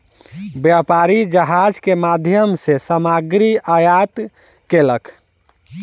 व्यापारी जहाज के माध्यम सॅ सामग्री आयात केलक